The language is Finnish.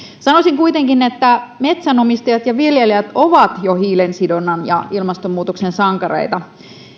sanoisin kuitenkin että metsänomistajat ja viljelijät jo ovat hiilensidonnan ja ilmastonmuutoksen sankareita